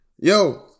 yo